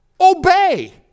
obey